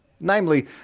Namely